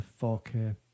4K